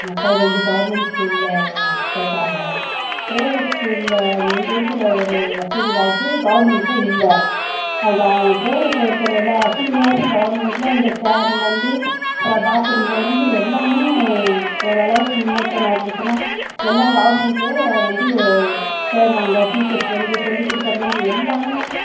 மக்கள் வந்து கவர்மெண்ட் ஸ்கூல்ல சேர்க்குறாங்க ப்ரைவேட் ஸ்கூல்ல அது வந்து இருக்கிற ஒரு வசதி வாய்ப்பு கவர்மெண்ட்ல இல்லை அங்கே ப்ரைவேட்ல இருக்கிற எல்லா வசதி வாய்ப்பும் கவர்மெண்ட்ல இந்த சேர்லேருந்து அப்பறம் பாத்ரூம்லருந்து எல்லாமே ஓரளவுக்கு முன்னேற்றமாக இருந்துச்சுன்னால் எல்லாம் கவர்மெண்ட்லையே வந்து சேருவாங்க டீச்சர்ஸ்லேருந்து சொல்லி கொடுக்கிறதுலேருந்து எல்லாமே